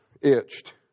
itched